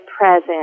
present